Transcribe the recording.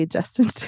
Justin